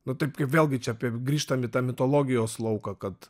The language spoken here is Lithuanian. nu taip kaip vėlgi čia grįžtam į tą mitologijos lauką kad